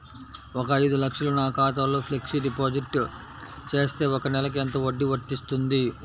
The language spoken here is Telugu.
ఒక ఐదు లక్షలు నా ఖాతాలో ఫ్లెక్సీ డిపాజిట్ చేస్తే ఒక నెలకి ఎంత వడ్డీ వర్తిస్తుంది?